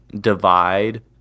divide